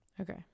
okay